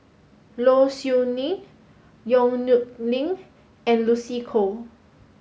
Low Siew Nghee Yong Nyuk Lin and Lucy Koh